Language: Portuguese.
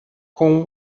com